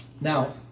now